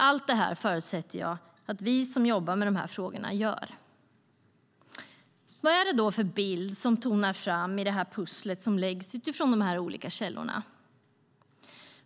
Allt det här förutsätter jag att vi som jobbar med de här frågorna gör. Vad är det då för bild som tonar fram i det här pusslet som läggs utifrån de här olika källorna?